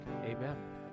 amen